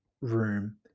room